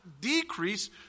decrease